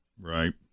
right